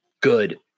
good